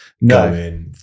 no